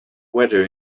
weather